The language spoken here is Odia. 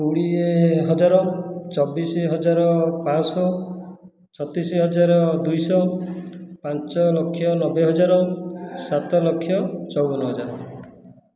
କୋଡ଼ିଏ ହଜାର ଚବିଶ ହଜାର ପାଞ୍ଚ ଶହ ଛତିଶ ହଜାର ଦୁଇଶହ ପାଞ୍ଚ ଲକ୍ଷ ନବେ ହଜାର ସାତ ଲକ୍ଷ ଚଉବନ ହଜାର